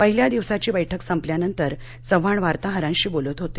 पहिल्या दिवसाची बैठक संपल्यावर चव्हाण वार्ताहरांशी बोलत होते